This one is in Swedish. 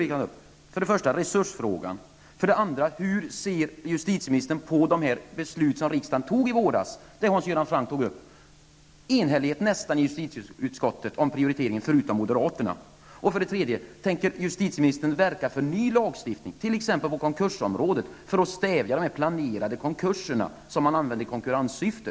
Den första gäller resursfrågan. Den andra gäller om hur justitieministern ser på det beslut som riksdagen fattade i våras, dvs. det som Hans Göran Franck tog upp. Det var nästan total enighet i jusititieutskottet om prioriteringen. Det ända undantaget var moderaterna. Den tredje punkten gäller om justitieministern tänker verka för ny lagstiftning, t.ex. på konkursområdet, för att stävja de planerade konkurser som används i konkurrenssyfte.